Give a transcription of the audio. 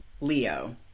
Leo